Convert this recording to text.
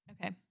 okay